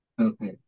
Okay